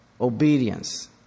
obedience